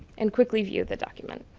and quickly view the document.